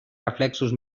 reflexos